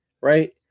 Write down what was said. right